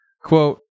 quote